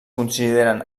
consideren